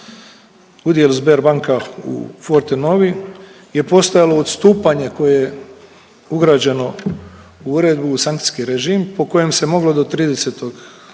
udjel Sberbanka u Fortenovi je postojalo odstupanje koje je ugrađeno u uredbu u sankcijski režim po kojem se moglo do 30. listopada